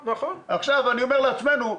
אני אומר לעצמנו,